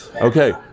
Okay